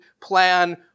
plan